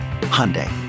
Hyundai